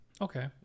Okay